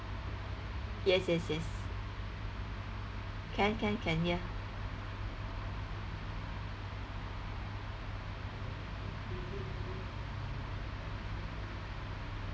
yes yes yes can can can hear